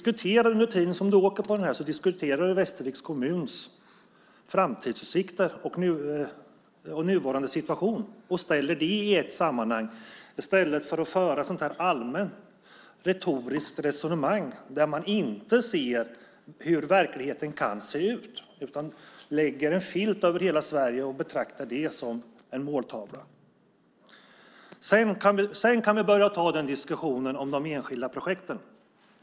Under tiden du åker på banan borde du diskutera Västerviks kommuns framtidsutsikter och nuvarande situation och ställa det i ett sammanhang i stället för att föra ett allmänt retoriskt resonemang där man inte ser hur verkligheten kan se ut. Du lägger i stället en filt över hela Sverige och betraktar det som en måltavla. Sedan kan vi börja ta diskussionen om de enskilda projekten.